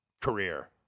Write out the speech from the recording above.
career